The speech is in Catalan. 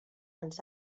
els